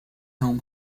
home